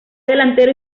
delantero